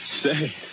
Say